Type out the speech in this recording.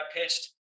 pitched